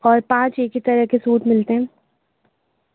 اور پانچ ایک ہی طرح کے سوٹ ملتے ہیں